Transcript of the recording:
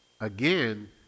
again